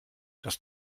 dass